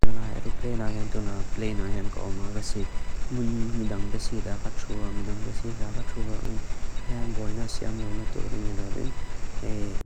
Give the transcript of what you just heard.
Duna aeroplane ajan, duna plane ajan ka omagasit. Mun midang dasida kachua, midang dasida kachua. Agin, hean boina siam launa turin nilawin. E